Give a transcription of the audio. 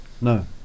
no